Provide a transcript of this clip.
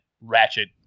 ratchet